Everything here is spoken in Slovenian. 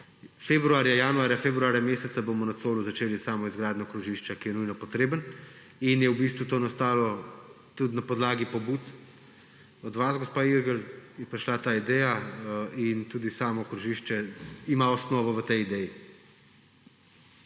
bomo januarja, februarja meseca na Colu začeli s samo izgradnjo krožišča, ki je nujno potrebno. To je v bistvu nastalo tudi na podlagi pobud, gospa Irgl, od vas je prišla ta ideja in tudi samo krožišče ima osnovo v tej ideji.